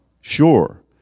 sure